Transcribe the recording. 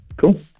Cool